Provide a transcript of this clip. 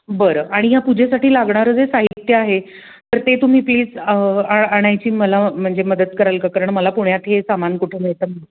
बरं आणि या पूजेसाठी लागणारं जे साहित्य आहे तर ते तुम्ही प्लीज आ आणायची मला म्हणजे मदत कराल का कारण मला पुण्यात हे सामान कुठे मिळतं माहीत